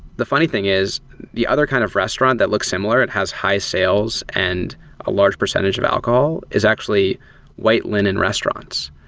the funny thing is the other kind of restaurant that looks similar, it has high sales and a large percentage of alcohol, is actually white linen restaurants.